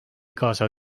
kaasa